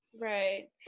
Right